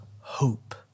hope